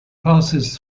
passes